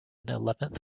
eleventh